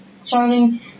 starting